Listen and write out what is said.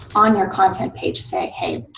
on your content page say, hey,